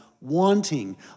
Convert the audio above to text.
wanting